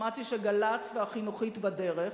שמעתי שגל"צ ו"החינוכית" בדרך,